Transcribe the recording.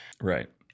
Right